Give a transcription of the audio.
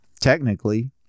technically